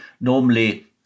normally